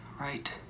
right